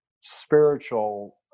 spiritual